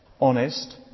honest